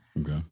Okay